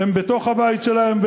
הם בתוך הבית שלהם,